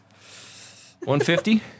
150